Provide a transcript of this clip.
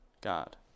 God